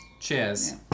Cheers